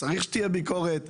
צריך שתהיה ביקורת.